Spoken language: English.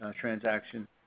transaction